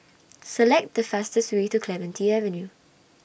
Select The fastest Way to Clementi Avenue